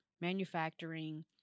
manufacturing